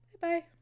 Bye-bye